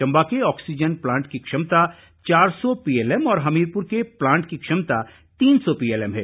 चंबा के oxygen plant की क्षमता चार सौ पीएलएम और हमीरपुर के प्लांट की क्षमता तीन सौ पीएलएम है